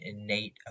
innate